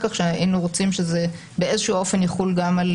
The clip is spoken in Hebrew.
כך שהיינו רוצים שזה באיזשהו אופן יחול גם על